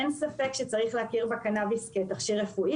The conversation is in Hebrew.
אין ספק שצריך להכיר בקנאביס כתכשיר רפואי